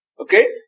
Okay